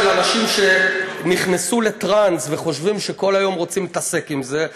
של אנשים שנכנסו לטרנס וחושבים שכל היום רוצים להתעסק עם זה.